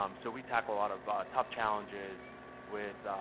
um so, we tackle a lot of tough challenges with,